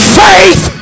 faith